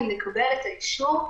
אם נקבל את האישור,